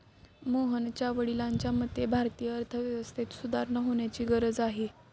मोहनच्या वडिलांच्या मते, भारतीय अर्थव्यवस्थेत सुधारणा होण्याची गरज आहे